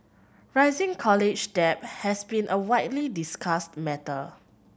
rising college debt has been a widely discussed matter